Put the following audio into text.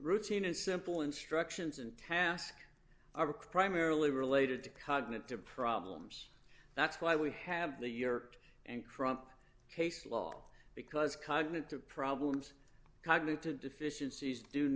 routine and simple instructions and task are primarily related to cognitive problems that's why we have the year and crump case law because cognitive problems cognitive deficiencies do